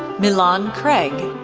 mylon craig,